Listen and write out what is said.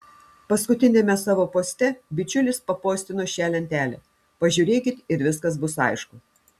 paskutiniame savo poste bičiulis papostino šią lentelę pažiūrėkit ir viskas bus aišku